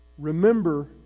Remember